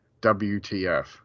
WTF